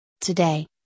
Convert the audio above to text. Today